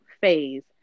phase